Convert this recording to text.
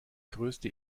größte